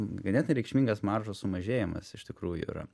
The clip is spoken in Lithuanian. ganėtinai reikšmingas maržos sumažėjimas iš tikrųjų yra